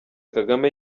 kagame